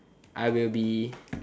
I will be